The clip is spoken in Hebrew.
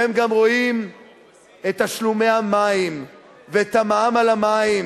והם גם רואים את תשלומי המים ואת המע"מ על המים,